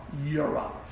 Europe